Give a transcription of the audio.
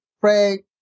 pray